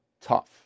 tough